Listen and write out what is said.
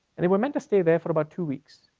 and they were meant to stay there for about two weeks.